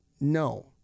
no